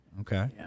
Okay